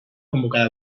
convocada